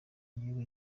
igihugu